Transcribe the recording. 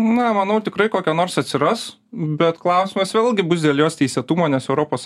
na manau tikrai kokia nors atsiras bet klausimas vėlgi bus dėl jos teisėtumo nes europos